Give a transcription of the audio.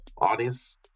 audience